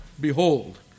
behold